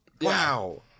Wow